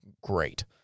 great